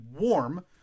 warm